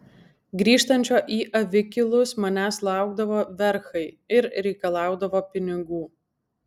grįžtančio į avikilus manęs laukdavo verchai ir reikalaudavo pinigų